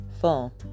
full